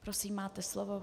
Prosím, máte slovo.